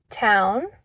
Town